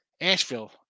Asheville